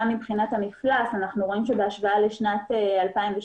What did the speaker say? גם מבחינת המפלס אנחנו רואים שבהשוואה לשנת 2018,